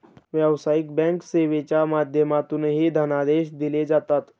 व्यावसायिक बँक सेवेच्या माध्यमातूनही धनादेश दिले जातात